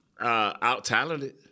Out-talented